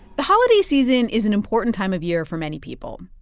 the holiday season is an important time of year for many people,